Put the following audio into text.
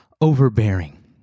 overbearing